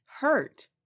hurt